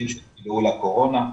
--- הקורונה,